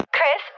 Chris